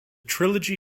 trilogy